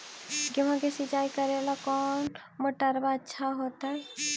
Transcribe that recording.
गेहुआ के सिंचाई करेला कौन मोटरबा अच्छा होतई?